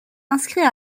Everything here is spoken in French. inscrits